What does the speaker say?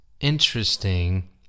interesting